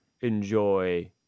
enjoy